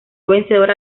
vencedora